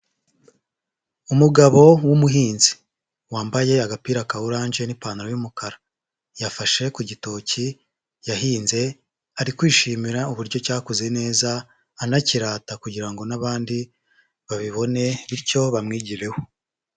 Umugabo w'umuhinzi wambaye agapira ka oranje n'ipantaro y'umukara, yafashe ku gitoki yahinze, ari kwishimira uburyo cyakuze neza, anakirata kugira ngo n'abandi babibone, bityo bamwigireho.